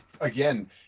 again